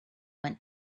went